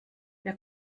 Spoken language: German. wer